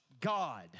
God